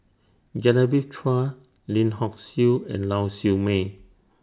Genevieve Chua Lim Hock Siew and Lau Siew Mei